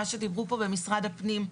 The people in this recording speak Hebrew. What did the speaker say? מה שאמר אן ממשרד הפנים,